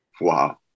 wow